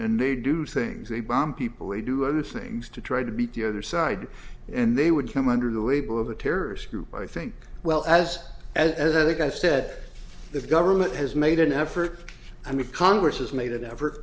and they do things they bomb people they do other things to try to beat the other side and they would come under the label of a terrorist i think well as as i think i said the government has made an effort i mean congress has made